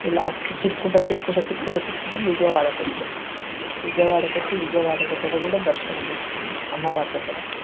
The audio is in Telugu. లాస్ట్ తిరుక్కుంటు తిరుక్కుంటు తిరుక్కుంటు తిరుక్కుంటు విజయవాడకి వచ్చినాం విజయవాడకి వచ్చి విజయవాడ దగ్గర కూడా దర్శనం చేసుకున్నాం అమ్మవారి దగ్గర